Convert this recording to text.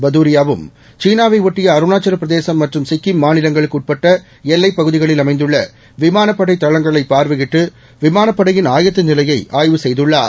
பதாரியாவும் சீனாவை ஒட்டிய அருணாச்சல பிரதேசம் மற்றும் சிக்கிம் மாநிலங்களுக்குட்பட்ட எல்லைப் பகுதிகளில் அமைந்துள்ள விமானப்படை தளங்களைப் பார்வையிட்டு விமானப்படையின் ஆயத்த நிலையை ஆய்வு செய்துள்ளார்